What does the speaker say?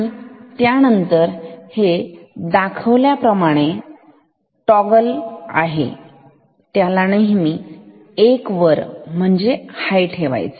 आणि त्यानंतर हे दाखवल्याप्रमाणे टॉगल असेल त्याला नेहमी 1 वर म्हणजे हाय ठेवायचे